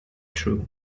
true